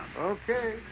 Okay